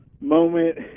moment